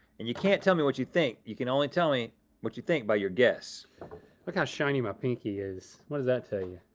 and you can't tell me what you think. you can only tell me what you think by your guess. look how shiny my pinky is, what does that tell you?